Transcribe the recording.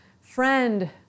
friend